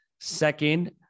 Second